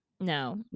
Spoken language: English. No